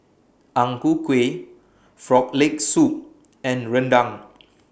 Ang Ku Kueh Frog Leg Soup and Rendang